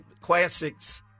classics